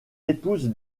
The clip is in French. épouse